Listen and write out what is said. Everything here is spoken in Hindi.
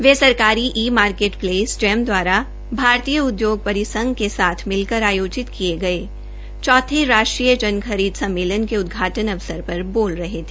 वे government e market place GeM दवारा भारतीय उदयोग परिसंघ के साथ मिलकर आयोजित किये चौथे राष्ट्रीय जन खरीद सम्मेलन के उदघाटन पर बोल रहे है